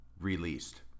released